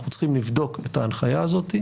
אנחנו צריכים לבדוק את ההנחיה הזאת,